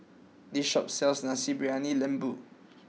this shop sells Nasi Briyani Lembu